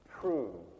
true